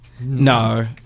No